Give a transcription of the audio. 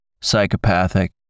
psychopathic